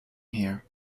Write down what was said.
here